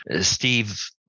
Steve